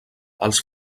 els